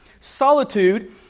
Solitude